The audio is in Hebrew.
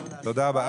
תודה רבה.